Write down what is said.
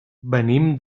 venim